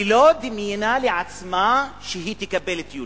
ולא דמיינה לעצמה שהיא תקבל את יולי.